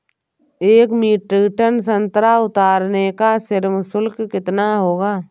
एक metric ton संतरा उतारने का श्रम शुल्क कितना होगा?